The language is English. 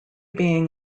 being